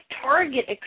Target